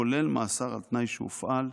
כולל מאסר על תנאי שהופעל,